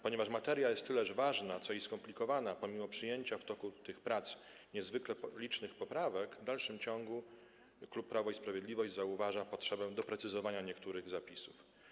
Ponieważ materia jest tyleż ważna co i skomplikowana, pomimo przyjęcia w toku tych prac niezwykle licznych poprawek, w dalszym ciągu klub Prawo i Sprawiedliwość zauważa potrzebę doprecyzowania niektórych zapisów.